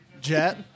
Jet